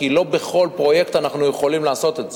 כי לא בכל פרויקט אנחנו יכולים לעשות את זה.